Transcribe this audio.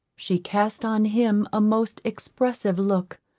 she cast on him a most expressive look,